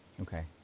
Okay